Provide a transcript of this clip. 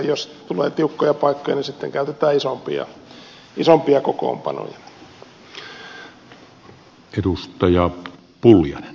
jos tulee tiukkoja paikkoja niin sitten käytetään isompia kokoonpanoja